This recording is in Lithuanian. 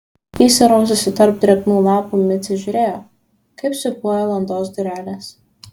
įsiraususi tarp drėgnų lapų micė žiūrėjo kaip siūbuoja landos durelės